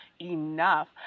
enough